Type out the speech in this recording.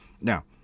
now